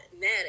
mad